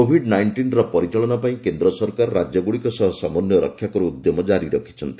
Covid ନାଇଷ୍ଟିନର ପରିଚାଳନା ପାଇଁ କେନ୍ଦ୍ର ସରକାର ରାଜ୍ୟଗୁଡ଼ିକ ସହ ସମନ୍ୱୟ ରକ୍ଷାକରି ଉଦ୍ୟମ ଜାରି ରଖିଛନ୍ତି